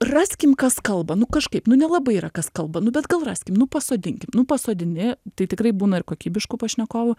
raskim kas kalba nu kažkaip nu nelabai yra kas kalba nu bet gal raskim nu pasodinkim nu pasodini tai tikrai būna ir kokybiškų pašnekovų